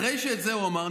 אחרי שאת זה הוא אמר,